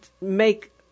make –